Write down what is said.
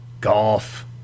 golf